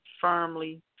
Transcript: firmly